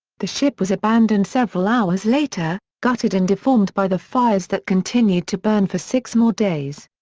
the ship was abandoned several hours later, gutted and deformed by the fires that continued to burn for six more days.